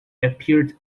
appeared